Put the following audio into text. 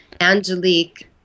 Angelique